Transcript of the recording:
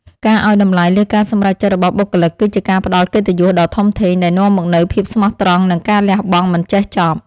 ការឱ្យតម្លៃលើការសម្រេចចិត្តរបស់បុគ្គលិក គឺជាការផ្ដល់កិត្តិយសដ៏ធំធេងដែលនាំមកនូវភាពស្មោះត្រង់និងការលះបង់មិនចេះចប់។